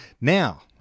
now